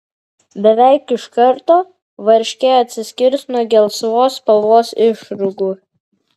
beveik iš karto varškė atsiskirs nuo gelsvos spalvos išrūgų